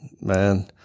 Man